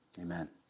Amen